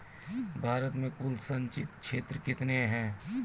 भारत मे कुल संचित क्षेत्र कितने हैं?